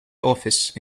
office